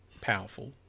powerful